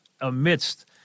amidst